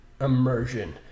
immersion